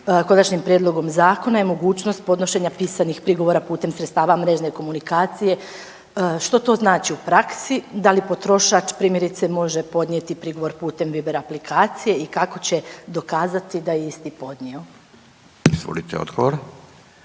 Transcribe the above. konačnim prijedlogom zakona je mogućnost podnošenja pisanih prigovora putem sredstava mrežne komunikacije. Što to znači u praksi, da li potrošač primjerice može podnijeti prigovor putem Viber aplikacije i kako će dokazati da je isti podnio? **Radin, Furio